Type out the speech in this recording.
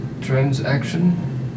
transaction